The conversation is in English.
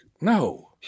no